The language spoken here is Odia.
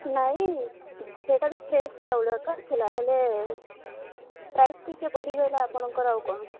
ନାଇ ସେଇଟା ବି ଫ୍ରେଶ୍ ଚାଉଳ ଏକା ଥିଲା ହେଲେ ପ୍ରାଇସ୍ ଟିକେ ବଢ଼ିଗଲା ଆପଣଙ୍କର ଆଉ କ'ଣ